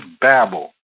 babble